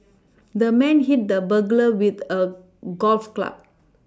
the man hit the burglar with a golf club